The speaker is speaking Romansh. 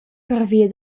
pervia